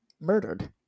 Murdered